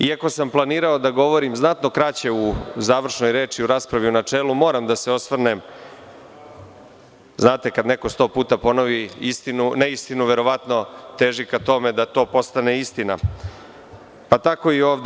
Iako sam planirao da govorim znatno kraće u završnoj reči o raspravi u načelu, moram da se osvrnem na ovo, jer kada neko 100 puta ponovi neistinu, verovatno teži ka tome da to postane istina, pa tako i ovde.